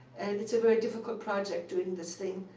and it's a very difficult project doing this thing.